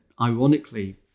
Ironically